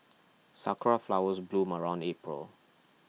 sakura flowers bloom around April